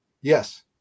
Yes